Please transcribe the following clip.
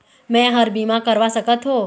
मैं हर का बीमा करवा सकत हो?